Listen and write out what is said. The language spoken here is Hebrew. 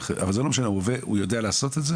אבל זה לא משנה הוא יודע לעשות את זה